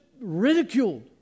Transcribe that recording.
ridiculed